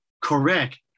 Correct